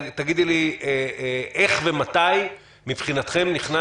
תגידי לי איך ומתי נכנס